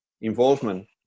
involvement